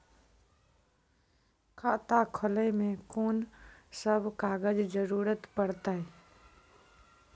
खाता खोलै मे कून सब कागजात जरूरत परतै?